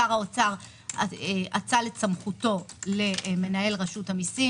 שר האוצר אצל את סמכותו למנהל רשות המיסים